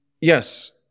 Yes